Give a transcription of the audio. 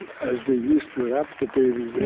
as they used to wrap the babies,